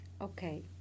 Okay